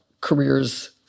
careers